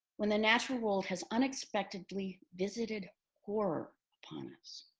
when the natural world has unexpectedly visited horror upon us,